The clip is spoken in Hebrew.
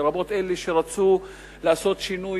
לרבות אלה שרצו לעשות שינוי,